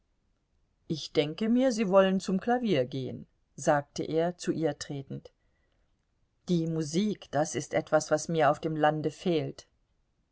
ich denke mir sie wollen zum klavier gehen sagte er zu ihr tretend die musik das ist etwas was mir auf dem lande fehlt